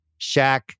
Shaq